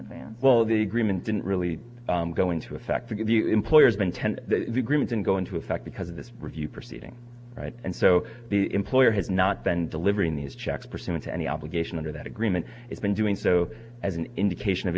advance well the agreement didn't really go into effect to give you employer's been ten the agreement and go into effect because of this review proceeding right and so the employer has not then delivering these checks pursuant to any obligation under that agreement it's been doing so as an indication of